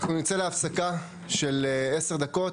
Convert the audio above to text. אנחנו נצא להפסקה של עשר דקות,